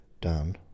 Done